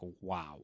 wow